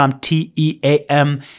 t-e-a-m